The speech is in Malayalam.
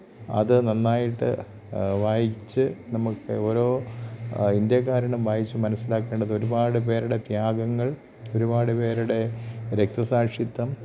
അത് നന്നായിട്ട് വായിച്ച് നമുക്ക് ഓരോ ഇന്ത്യക്കാരനും വായിച്ച് മനസ്സിലാക്കേണ്ടത് ഒരുപാട് പേരുടെ ത്യാഗങ്ങൾ ഒരുപാട് പേരുടെ രക്തസാക്ഷിത്വം